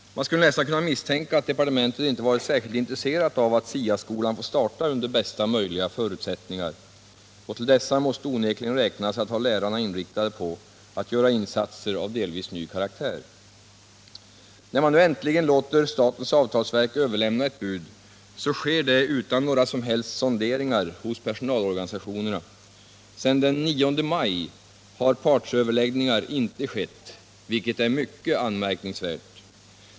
Man skulle nästan kunna misstänka att departementet inte varit särskilt intresserat av att SIA-skolan får starta under bästa möjliga förutsättningar. Och till dessa måste onekligen räknas att ha lärarna inriktade på att göra insatser av delvis ny karaktär. När man nu äntligen låter statens avtalsverk överlämna ett bud, så sker det utan några som helst sonderingar hos personalorganisationerna. Sedan den 9 maj har partsöverläggningar inte skett, vilket är mycket anmärkningsvärt.